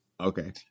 Okay